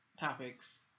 topics